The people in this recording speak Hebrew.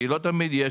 כי לא תמיד יש.